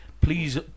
please